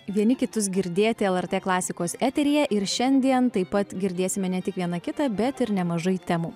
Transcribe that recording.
vieni kitus girdėti lrt klasikos eteryje ir šiandien taip pat girdėsime ne tik viena kitą bet ir nemažai temų